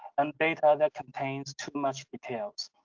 and data that contains too much details.